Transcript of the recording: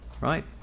right